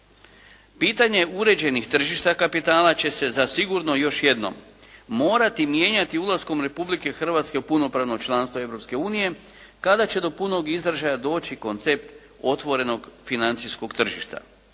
Pitanje uređenih tržišta kapitala će se zasigurno još jednom morati mijenjati ulaskom Republike Hrvatske u punopravno članstvo Europske unije, kada će do punog izražaja doći koncept otvorenog financijskog tržišta